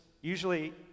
usually